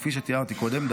כפי שתיארתי קודם.